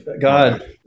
God